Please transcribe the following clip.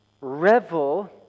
revel